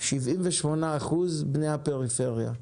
78% בני הפריפריה.